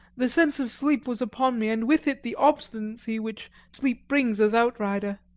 the sense of sleep was upon me, and with it the obstinacy which sleep brings as outrider.